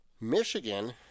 Michigan